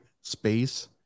space